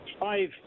five